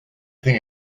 think